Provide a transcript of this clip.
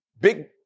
Big